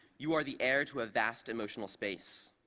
you are the heir to a vast emotional space.